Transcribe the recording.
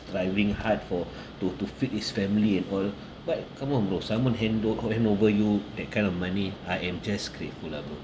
thriving hard for to to feed his family and all but come on bro someone hand o~ hand over you that kind of money I am just grateful lah bro